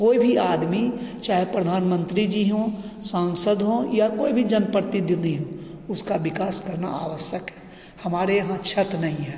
कोई भी आदमी चाहे प्रधानमन्त्री जी हों सांसद हों या कोई भी जनप्रतिनिधि हो इसका विकास करना आवश्यक हमारे यहाँ छत नहीं है